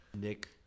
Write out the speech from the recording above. Nick